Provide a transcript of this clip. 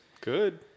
Good